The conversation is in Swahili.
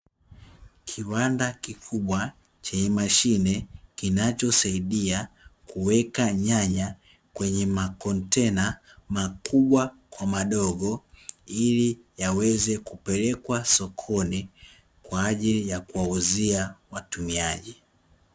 Kiwanda kikubwa chenye mashine kinachosaidia kuweka nyanya kwenye makontena makubwa kwa madogo, ili yaweze kupelekwa sokoni kwa ajili ya kuwauzia watumiaji.